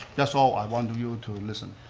that's all i wanted you to listen.